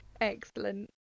Excellent